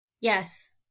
Yes